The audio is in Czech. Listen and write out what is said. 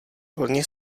plně